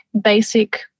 basic